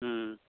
ओम